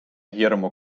hirmu